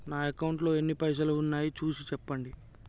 నా అకౌంట్లో ఎన్ని పైసలు ఉన్నాయి చూసి చెప్పండి?